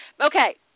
Okay